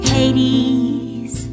Hades